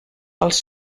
els